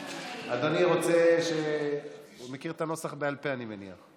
אדוני מכיר את הנוסח בעל פה, אני מניח.